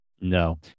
No